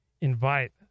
invite